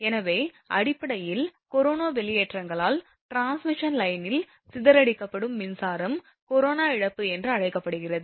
எனவே அடிப்படையில் கொரோனா வெளியேற்றங்களால் டிரான்ஸ்மிஷன் லைனில் சிதறடிக்கப்படும் மின்சாரம் கொரோனா இழப்பு என்று அழைக்கப்படுகிறது